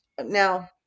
Now